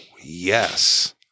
yes